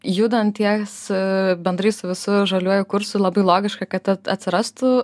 judant ties bendrai su visu žaliuoju kursu labai logiška kad atsirastų